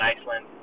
Iceland